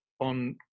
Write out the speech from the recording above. on